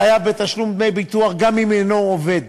החייב בתשלום דמי ביטוח גם אם אינו עובד